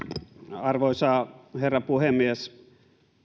arvoisa herra puhemies